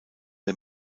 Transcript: der